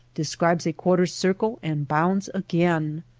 de scribes a quarter circle, and bounds again.